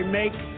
make